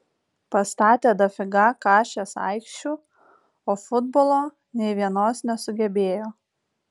pastatė dafiga kašės aikščių o futbolo nei vienos nesugebėjo